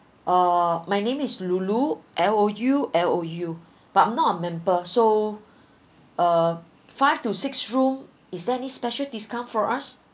uh my name is loulou L O U L O U but I'm not a member so uh five to six room is there any special discount for us